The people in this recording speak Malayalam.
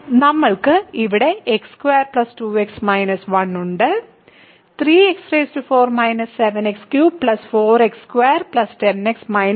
നമ്മൾക്ക് ഇവിടെ x2 2x 1 ഉണ്ട് 3x4 7x3 4x2 10 x 2